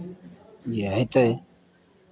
जे होइतै